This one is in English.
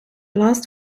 last